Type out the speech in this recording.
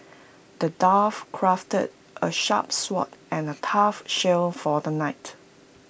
the dwarf crafted A sharp sword and A tough shield for the knight